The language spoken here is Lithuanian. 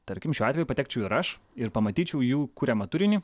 tarkim šiuo atveju patekčiau ir aš ir pamatyčiau jų kuriamą turinį